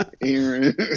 Aaron